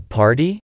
party